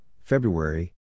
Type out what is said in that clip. February